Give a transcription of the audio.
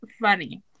funny